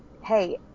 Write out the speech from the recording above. Hey